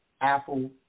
Apple